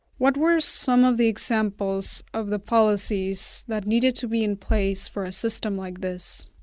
what were some of the examples of the policies that needed to be in place for a system like this?